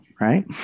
right